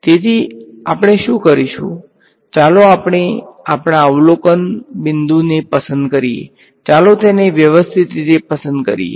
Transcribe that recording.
તેથી આપણે શું કરીશું ચાલો આપણે આપણા અવલોકન બિંદુને પસંદ કરીએ ચાલો તેને વ્યવસ્થિત રીતે પસંદ કરીએ